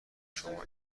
شما